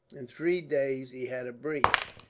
in three days he had a breach.